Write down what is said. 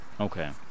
Okay